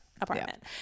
apartment